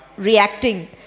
reacting